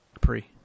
Pre